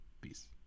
peace